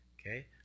Okay